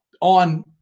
on